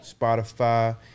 spotify